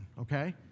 okay